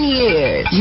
years